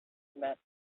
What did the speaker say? met